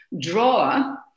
drawer